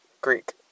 Greek